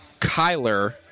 Kyler